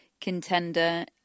contender